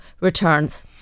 returns